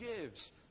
gives